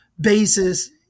basis